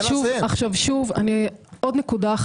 שוב, עוד נקודה.